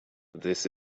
this